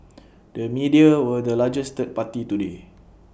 the media were the largest third party today